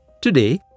Today